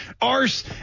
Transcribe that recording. arse